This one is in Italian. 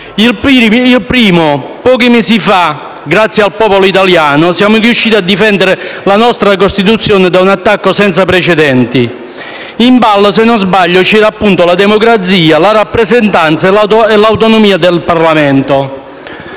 in primo luogo, pochi mesi fa, grazie al popolo italiano siamo riusciti a difendere la nostra Costituzione da un attacco senza precedenti. In ballo, se non sbaglio, c'erano appunto la democrazia, la rappresentanza e l'autonomia del Parlamento.